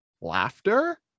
laughter